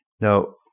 Now